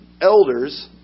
elders